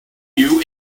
you